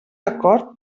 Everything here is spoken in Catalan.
acord